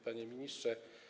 Panie Ministrze!